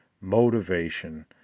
motivation